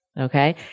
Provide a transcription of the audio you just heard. okay